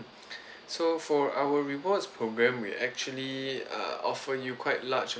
so for our rewards programme we actually uh offer you quite large